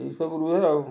ଏଇ ସବୁ ରୁହେ ଆଉ